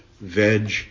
veg